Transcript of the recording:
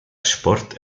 sport